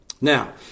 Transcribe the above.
now